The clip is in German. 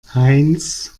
heinz